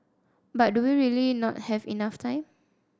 but do we really not have enough time